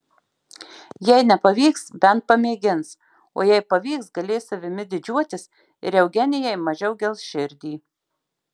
jei nepavyks bent pamėgins o jei pavyks galės savimi didžiuotis ir eugenijai mažiau gels širdį